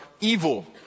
evil